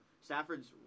Stafford's